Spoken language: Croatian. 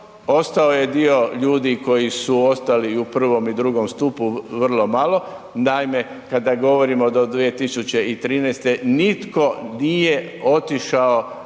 ostao je dio ljudi koji su ostali u I. i II. stupu vrlo malo, naime, kada govorimo do 2013. nitko nije otišao